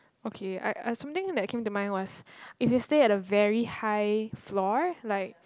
okay I I something that came to mind was if you stay at a very high floor like